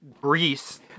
grease